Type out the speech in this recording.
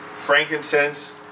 frankincense